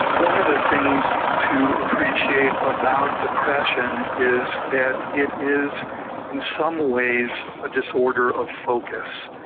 one of the things to appreciate about depression is that it is in some ways a disorder of focus.